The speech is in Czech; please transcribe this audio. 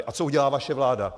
A co udělá vaše vláda?